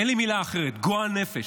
אין לי מילה אחרת, גועל נפש.